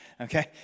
Okay